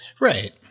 Right